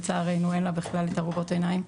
לצערנו אין לה בכלל ארובות עיניים.